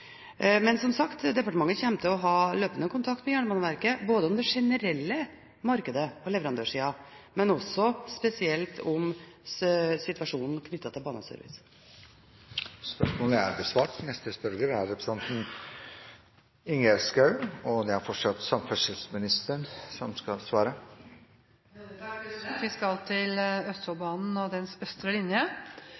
Men, som sagt, departementet kommer til å ha løpende kontakt med Jernbaneverket om det generelle markedet og leverandørsiden, og spesielt om situasjonen knyttet til Baneservice. Vi skal til